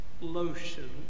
lotion